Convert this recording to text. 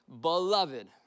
beloved